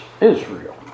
Israel